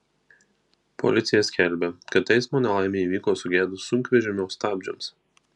policija skelbia kad eismo nelaimė įvyko sugedus sunkvežimio stabdžiams